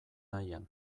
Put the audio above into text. nahian